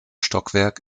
stockwerk